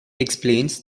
explains